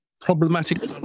problematic